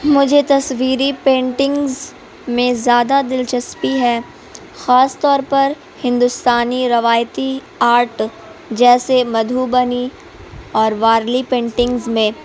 مجھے تصویری پینٹنگز میں زیادہ دلچسپی ہے خاص طور پر ہندوستانی روایتی آرٹ جیسے مدھوبنی اور وارلی پینٹنگز میں